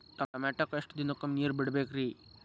ಟಮೋಟಾಕ ಎಷ್ಟು ದಿನಕ್ಕೊಮ್ಮೆ ನೇರ ಬಿಡಬೇಕ್ರೇ?